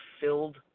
filled